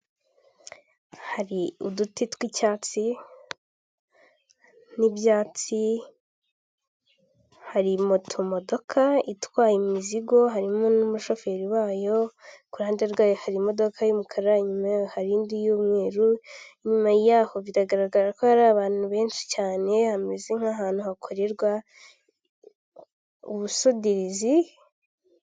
Hari uduti tw'icyatsi n'ibyatsi, hari motomodoka itwaye imizigo harimo n'umushoferi wayo, ku ruhande rwayo hari imodoka y'umukara inyuma harindi y'umweru, inyuma y'aho bigaragara ko hari abantu benshi cyane hameze nk'ahantu hakorerwa ubusudirizi.